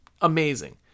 amazing